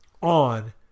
on